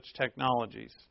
technologies